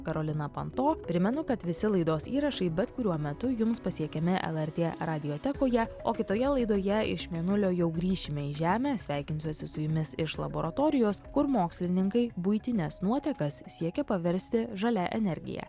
karolina panto primenu kad visi laidos įrašai bet kuriuo metu jums pasiekiami lrt radiotekoje o kitoje laidoje iš mėnulio jau grįšime į žemę sveikinsiuosi su jumis iš laboratorijos kur mokslininkai buitines nuotekas siekia paversti žalia energija